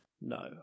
No